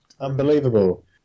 Unbelievable